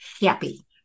happy